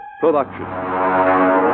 production